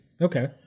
Okay